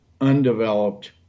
undeveloped